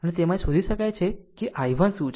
આમ તેમાંથી શોધી શકાય છે કે I1 શું છે